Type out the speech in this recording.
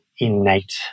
innate